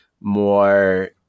more